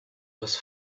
was